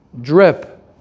drip